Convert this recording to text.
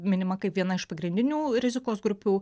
minima kaip viena iš pagrindinių rizikos grupių